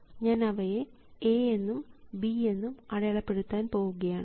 ഞാൻ അവയെ A എന്നും B എന്നും അടയാളപ്പെടുത്താൻ പോവുകയാണ്